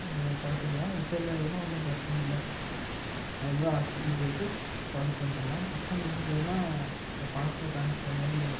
நம்ம பார்த்துக்கலாம் விஷம் இல்லாததுன்னா ஒன்றும் பிரச்சனை இல்லை அது போல் ஹாஸ்பிட்டல் போய்ட்டு பார்த்துட்டு வந்துடலாம் விஷம் இருந்துதுன்னா இந்த படத்தில் காமிக்கிற மாதிரி